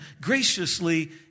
graciously